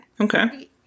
Okay